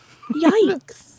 Yikes